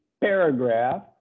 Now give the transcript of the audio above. paragraph